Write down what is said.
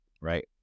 right